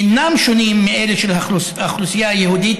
אינם שונים מאלה של האוכלוסייה היהודית